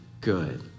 good